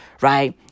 right